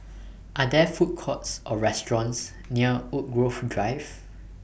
Are There Food Courts Or restaurants near Woodgrove Drive